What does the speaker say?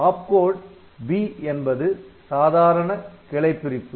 app code opcode இயக்க குறிமுறை 'B' என்பது சாதாரண கிளை பிரிப்பு